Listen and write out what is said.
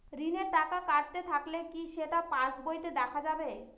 ঋণের টাকা কাটতে থাকলে কি সেটা পাসবইতে দেখা যাবে?